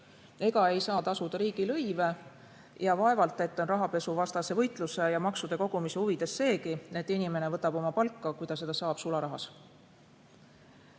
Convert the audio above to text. ega saa tasuda riigilõive. Ja vaevalt on rahapesuvastase võitluse ja maksude kogumise huvides seegi, et inimene võtab oma palka, kui ta seda saab, sularahas.